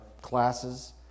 classes